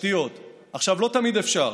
עכשיו, לא תמיד אפשר.